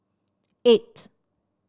eight